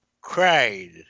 cried